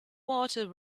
water